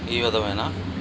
ఈ విధమైన